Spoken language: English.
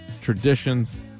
traditions